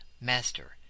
Master